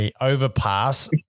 overpass